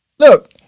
Look